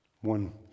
One